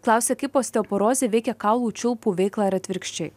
klausia kaip osteoporozė veikia kaulų čiulpų veiklą ir atvirkščiai